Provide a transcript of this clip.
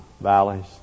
valleys